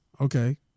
Okay